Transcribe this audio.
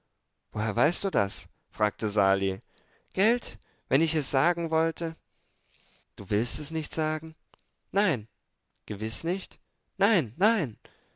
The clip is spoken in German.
woher weißt du das fragte sali gelt wenn ich es sagen wollte du willst es nicht sagen nein gewiß nicht nein nein